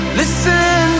listen